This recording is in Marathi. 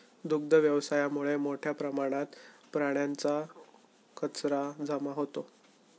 दुग्ध व्यवसायामुळे मोठ्या प्रमाणात प्राण्यांचा कचरा जमा होतो